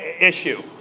issue